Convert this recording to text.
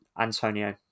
Antonio